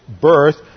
birth